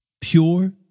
Pure